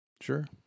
Sure